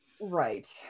Right